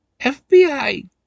FBI